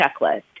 checklist